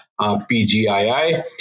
PGII